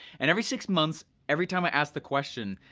and every six months, every time i ask the question,